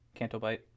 Cantobite